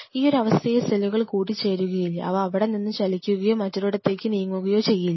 ഈ ഒരവസ്ഥയിൽ സെല്ലുകൾ കൂടിചേരുകയില്ല അവ അവിടെ നിന്ന് ചലിക്കുകയോ മറ്റൊരിടത്തേക്ക് നീങ്ങുകയോ ചെയ്യില്ല